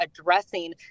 addressing